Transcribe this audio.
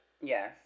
Yes